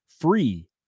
free